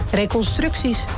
reconstructies